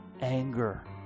anger